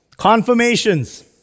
Confirmations